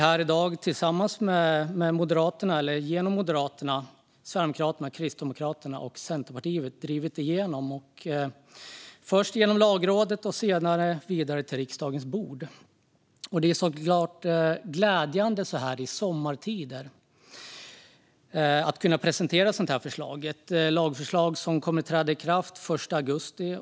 Förslaget har Moderaterna, Sverigedemokraterna, Kristdemokraterna och Centerpartiet först drivit genom Lagrådet och sedan vidare till riksdagens bord. Det är såklart glädjande att så här i sommartider kunna presentera ett sådant förslag. Det är ett lagförslag som kommer att träda i kraft den 1 augusti.